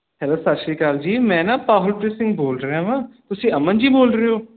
hello ਸਤਿ ਸ਼੍ਰੀ ਅਕਾਲ ਜੀ ਮੈਂ ਨਾ ਪਵਨਪ੍ਰੀਤ ਸਿੰਘ ਬੋਲ ਰਿਹਾ ਵਾਂ ਤੁਸੀਂ ਅਮਨ ਜੀ ਬੋਲ ਰਹੇ ਹੋ